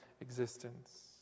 existence